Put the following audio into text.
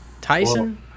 Tyson